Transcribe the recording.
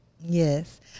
Yes